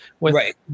Right